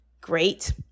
great